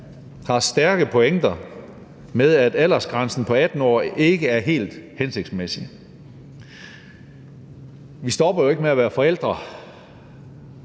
har stærke pointer med, at aldersgrænsen på 18 år ikke er helt hensigtsmæssig. Vi stopper jo ikke med at være forældre,